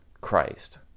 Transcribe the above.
Christ